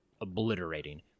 obliterating